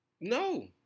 No